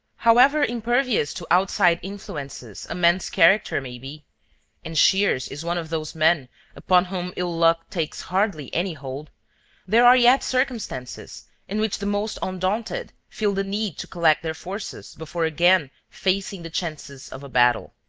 however impervious to outside influences a man's character may be and shears is one of those men upon whom ill-luck takes hardly any hold there are yet circumstances in which the most undaunted feel the need to collect their forces before again facing the chances of a battle.